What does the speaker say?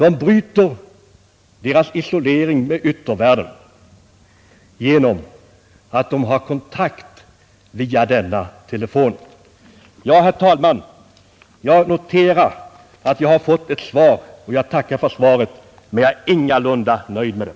En sådan telefon bryter isoleringen från yttervärlden därigenom att den ger kontakt med andra människor. Herr talman! Jag noterar att jag har fått ett svar, och jag tackar för svaret, men jag är ingalunda nöjd med det.